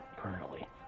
currently